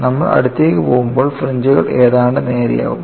നമ്മൾ അടുത്തേക്ക് പോകുമ്പോൾ ഫ്രിഞ്ച്കൾ ഏതാണ്ട് നേരെയാകും